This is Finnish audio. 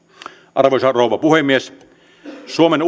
arvoisa rouva puhemies suomen